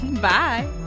bye